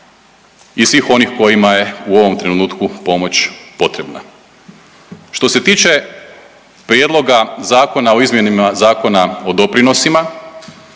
i svih oni kojima je u ovom trenutku pomoć potrebna. Što se tiče Prijedloga zakona o izmjenama Zakona o doprinosima